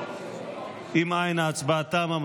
אם אין, ההצבעה תמה.